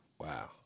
Wow